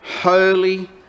holy